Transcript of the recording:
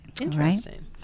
interesting